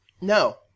No